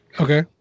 Okay